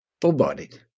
Full-bodied